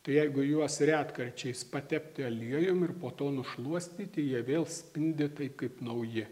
tai jeigu juos retkarčiais patepti aliejum ir po to nušluostyti jie vėl spindi taip kaip nauji